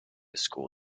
school